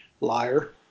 liar